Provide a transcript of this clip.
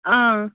اۭں